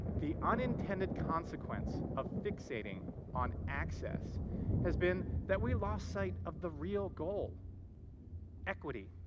the unintended consequence of fixating on access has been that we lost sight of the real goal equity.